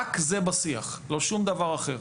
רק זה בשיח, לא שום דבר אחר.